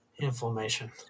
Inflammation